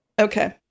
Okay